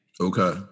Okay